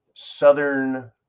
Southern